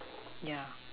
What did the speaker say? ya